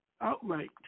outright